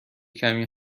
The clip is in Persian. کمی